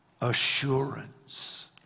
assurance